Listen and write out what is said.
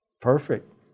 Perfect